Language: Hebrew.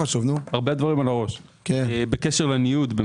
בקשר לניוד,